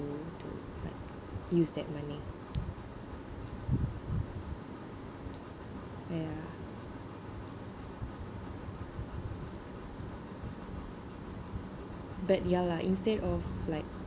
to like use that money ya but ya lah instead of like